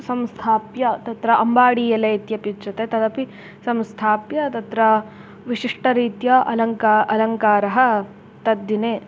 संस्थाप्य तत्र अम्बाडियले इत्यपि उच्यते तदपि संस्थाप्य तत्र विशिष्टरीत्या अलङ्कारः अलङ्कारः तद्दिने